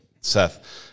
Seth